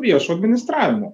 viešo administravimo